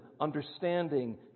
understanding